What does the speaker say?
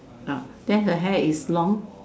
then her hair is long